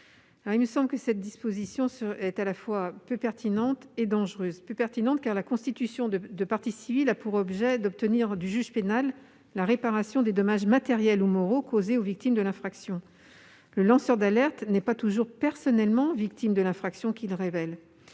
-me semble à la fois peu pertinente et dangereuse. Peu pertinente, car la constitution de partie civile a pour objet d'obtenir du juge pénal la réparation des dommages matériels ou moraux causés aux victimes de l'infraction. Le lanceur d'alerte n'est pas toujours personnellement victime de l'infraction qu'il révèle.